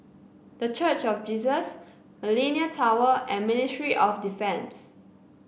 The Church of Jesus Millenia Tower and Ministry of Defence